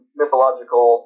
mythological